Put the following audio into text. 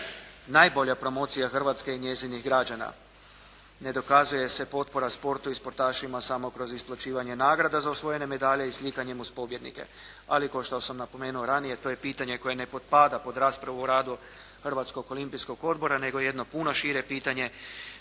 najbolja promocija Hrvatske i njezinih građana. Ne dokazuje se potpora sportu u sportašima samo kroz isplaćivanje nagrada na osvojene medalje i slikanjem uz pobjednike. Ali, kao što sam napomenuo ranije, to je pitanje koje ne potpada pod raspravu o radu Hrvatskog olimpijskog odbora, nego jedno puno šire pitanje,